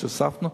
שהוספנו,